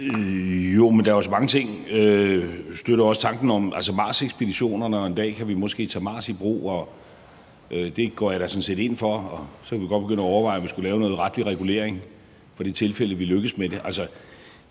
Jo, men der er jo så mange ting. Jeg støtter også tanken om Marsekspeditionerne, og en dag kan vi måske tage Mars i brug, og det går jeg da sådan set ind for. Så kan vi godt begynde at overveje, om vi skal lave noget retlig regulering i det tilfælde, vi lykkes med det.